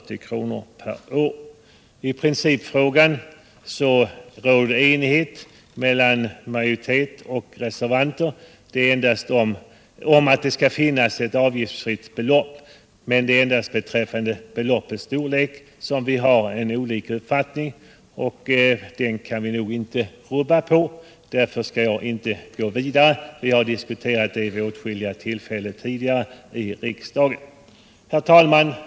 I principfrågan råder det enighet mellan majoriteten och reservanterna om att det skall finnas ett avgiftsfritt belopp. Det är endast beträffande beloppets storlek som vi har olika uppfattningar, och dessa kan vi nog inte rubba på. Därför skall jag inte heller fortsätta att diskutera den här saken.